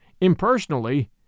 Impersonally